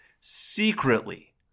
Secretly